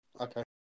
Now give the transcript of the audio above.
okay